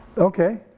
okay,